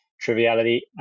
triviality